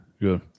good